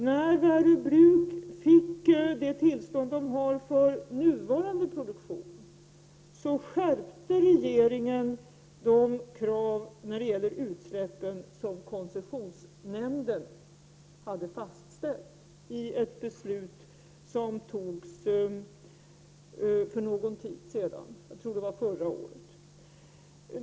När Värö bruk fick sitt tillstånd för nuvarande produktion skärpte regeringen de krav på utsläppen som koncessionsnämnden hade fastställt genom ett beslut som fattades för någon tid sedan — jag tror att det var förra året.